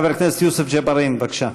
חבר הכנסת יוסף ג'בארין, בבקשה.